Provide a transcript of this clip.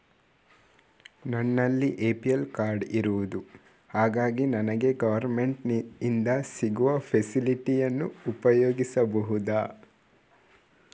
ನನ್ನಲ್ಲಿ APL card ಇರುದು ಹಾಗಾಗಿ ನನಗೆ ಗವರ್ನಮೆಂಟ್ ಇಂದ ಸಿಗುವ ಫೆಸಿಲಿಟಿ ಅನ್ನು ಉಪಯೋಗಿಸಬಹುದಾ?